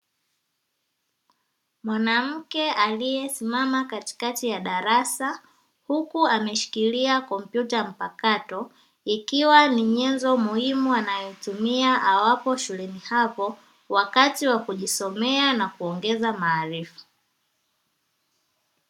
Mwanamke aliyesimama katikati ya darasa huku ameshikilia kompyuta mpakato, ikiwa ni nyenzo muhimu anayotumia awapo shuleni hapo wakati wa kujisomea na kuongeza maarifa.